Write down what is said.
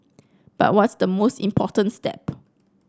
but what's the most important step